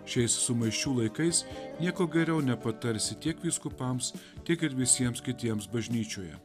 šiais sumaiščių laikais nieko geriau nepatarsi tiek vyskupams tiek ir visiems kitiems bažnyčioje